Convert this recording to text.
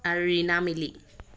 আৰু ৰীণা মিলি